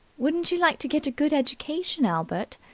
wouldn't you like to get a good education, albert,